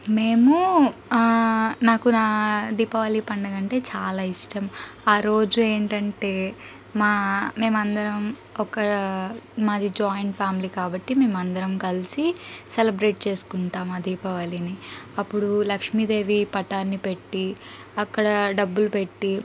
మేమూ నాకు నా దీపావళి పండుగ అంటే చాలా ఇష్టం ఆరోజు ఏంటంటే మా మేమందరం ఒక మాది జాయింట్ ఫ్యామిలీ కాబట్టి మేము అందరం కలిసి సెలబ్రేట్ చేసుకుంటాం ఆ దీపావళిని అప్పుడు లక్ష్మీదేవి పటాన్నిపెట్టి అక్కడ డబ్బులు పెట్టి